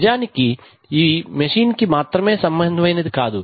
నిజానికి అవి ఈ మెషిన్ కి మాత్రమే సంబంధమైనది కాదు